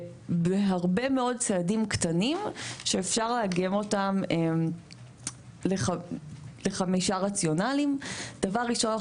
בהרבה מאוד צעדים קטנים שאפשר לאגם אותם לחמישה רציונלים: דבר ראשון,